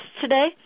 today